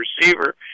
receiver